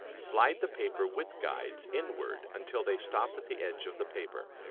slide the paper width guides inward until they stop at the edge of the paper.